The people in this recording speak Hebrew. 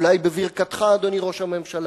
אולי בברכתך, אדוני ראש הממשלה,